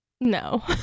No